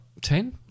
Ten